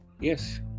Yes